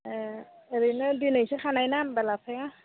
ए ओरैनो दिनैसो खानायना होनबा लाफाया